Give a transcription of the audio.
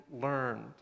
learned